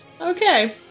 Okay